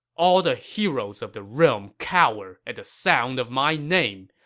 all the heroes of the realm cower at the sound of my name!